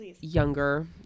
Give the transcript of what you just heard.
younger